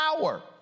power